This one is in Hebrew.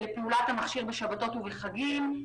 לפעולת המכשיר בשבתות ובחגים,